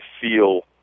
feel